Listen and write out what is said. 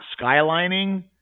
skylining